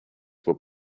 were